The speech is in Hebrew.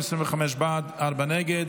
25 בעד, ארבעה נגד,